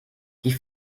die